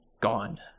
gone